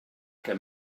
que